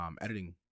editing